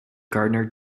gardener